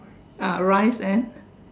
ah rice and